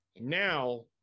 Now